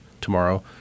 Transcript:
tomorrow